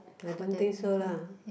I don't think so lah